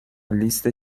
لیست